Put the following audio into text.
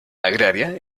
agraria